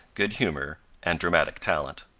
good-humour, and dramatic talent.